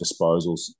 disposals